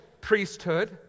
priesthood